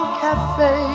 cafe